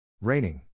Raining